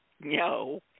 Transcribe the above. no